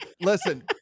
listen